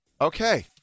Okay